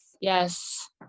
Yes